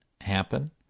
happen